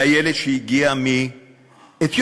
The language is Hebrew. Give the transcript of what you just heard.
והילד שהגיע מאתיופיה,